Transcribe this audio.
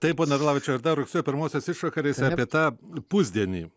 taip pone arlavičiau ir dar rugsėjo pirmosios išvakarėse apie tą pusdienį